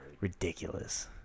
Ridiculous